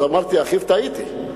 אם אמרתי אחיו, טעיתי.